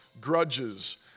grudges